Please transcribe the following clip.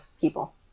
people